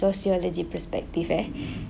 sociology perspective eh